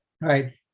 right